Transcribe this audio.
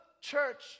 church